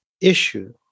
issue